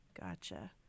Gotcha